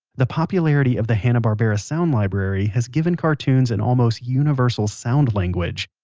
the popularity of the hanna-barbera sound library has given cartoons an almost universal sound-language.